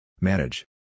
Manage